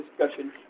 discussion